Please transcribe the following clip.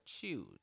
choose